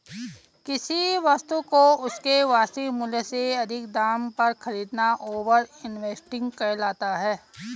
किसी वस्तु को उसके वास्तविक मूल्य से अधिक दाम पर खरीदना ओवर इन्वेस्टिंग कहलाता है